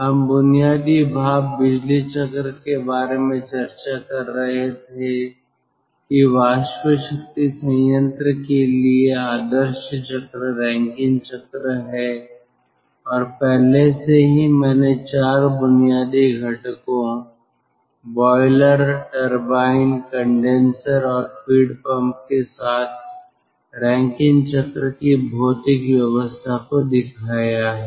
हम बुनियादी भाप बिजली चक्र के बारे में चर्चा कर रहे थे कि वाष्प शक्ति संयंत्र के लिए आदर्श चक्र रैंकिन चक्र है और पहले से ही मैंने 4 बुनियादी घटकों बॉयलर टरबाइन कंडेनसर और फीड पंप के साथ रैंकिन चक्र की भौतिक व्यवस्था को दिखाया है